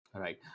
Right